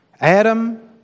Adam